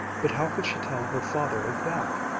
but how could she tell her father of that?